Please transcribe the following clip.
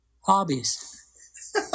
Hobbies